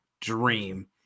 dream